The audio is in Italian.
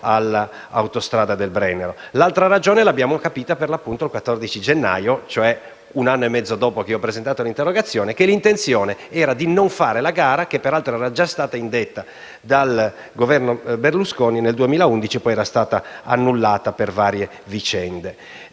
Autostrada del Brennero. L'altra ragione l'abbiamo capita per l'appunto il 14 gennaio, cioè un anno e mezzo dopo aver presentato l'interrogazione: l'intenzione era di non fare la gara, che peraltro era già stata indetta dal governo Berlusconi nel 2011 e poi era stata annullata per varie vicende.